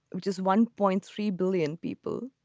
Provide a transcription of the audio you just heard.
just one point three billion people,